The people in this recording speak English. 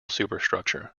superstructure